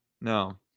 No